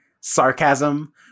sarcasm